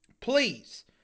please